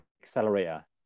accelerator